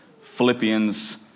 Philippians